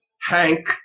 Hank